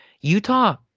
Utah